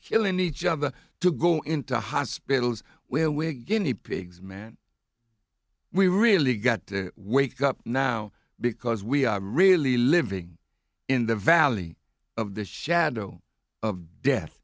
killing each other to go into hospitals where wiggin the pigs man we really got to wake up now because we are really living in the valley of the shadow of death